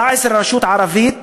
17 רשויות ערביות